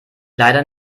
leider